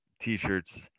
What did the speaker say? t-shirts